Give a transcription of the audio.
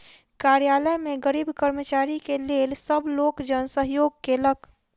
कार्यालय में गरीब कर्मचारी के लेल सब लोकजन सहयोग केलक